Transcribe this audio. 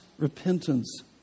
repentance